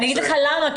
אגיד לך למה,